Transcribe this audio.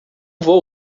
vou